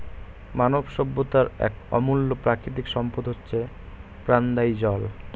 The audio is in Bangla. মানব সভ্যতার এক অমূল্য প্রাকৃতিক সম্পদ হচ্ছে প্রাণদায়ী জল